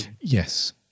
Yes